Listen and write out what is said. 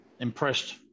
impressed